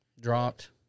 dropped